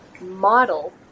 model